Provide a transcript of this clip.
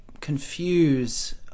confuse